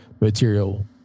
material